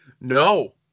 No